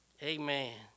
Amen